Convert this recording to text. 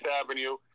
Avenue